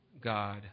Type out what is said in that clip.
God